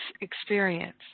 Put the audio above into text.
experience